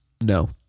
No